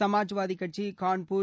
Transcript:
சமாஜ்வாதி கட்சி கான்பூர்